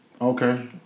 okay